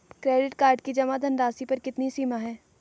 Credit card की जमा धनराशि पर कितनी सीमा है?